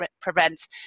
prevents